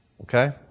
Okay